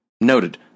Noted